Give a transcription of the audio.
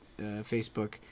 Facebook